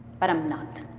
but i'm not.